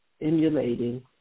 emulating